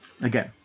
Again